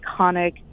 iconic